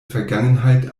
vergangenheit